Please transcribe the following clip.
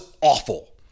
awful